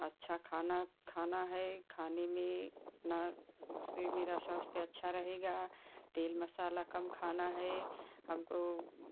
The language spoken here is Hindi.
अच्छा खाना खाना है खाने में न उससे मेरा स्वास्थ्य अच्छा रहेगा तेल मसाला कम खाना है हमको